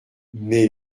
mais